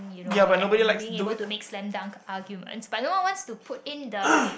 you know and being able to make slam dunk arguments but no one wants to put in the